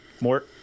more